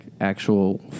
actual